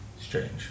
strange